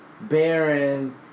Baron